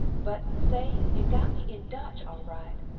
but say it got me in dutch al-right,